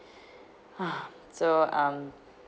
ha so um